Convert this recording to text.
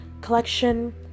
collection